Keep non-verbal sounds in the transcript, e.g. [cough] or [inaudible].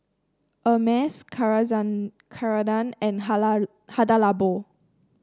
Hermes [unintelligible] Carrera and [unintelligible] Hada Labo